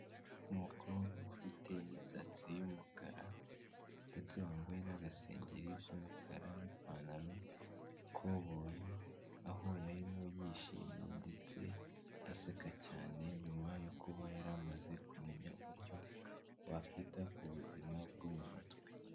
Umukobwa ufite imisatsi y'umukara ndetse wambaye n'agasengeri k'umukara n'ipantaro y'ikoboyi, aho yarimo yishimye ndetse aseka cyane, nyuma yo kuba yaramaze kumenya uburyo wakwita ku buzima bwo mu mutwe.